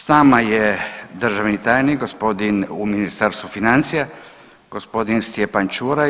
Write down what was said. S nama je državni tajnik gospodin u Ministarstvu financija, gospodin Stjepan Čuraj.